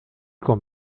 con